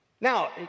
now